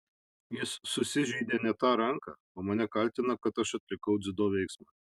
jis susižeidė ne tą ranką o mane kaltina kad aš atlikau dziudo veiksmą